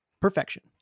perfection